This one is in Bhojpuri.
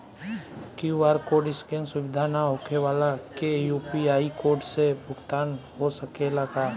क्यू.आर कोड स्केन सुविधा ना होखे वाला के यू.पी.आई कोड से भुगतान हो सकेला का?